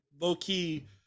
low-key